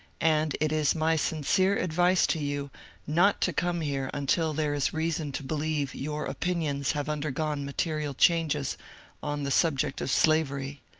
and it is my sincere advice to you not to come here until there is reason to believe your opinions have undergone ma terial changes on the subject of slavery.